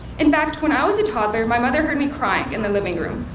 in fact, when i was a toddler, my mother heard me crying in the living room.